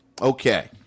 okay